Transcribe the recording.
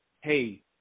hey